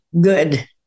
good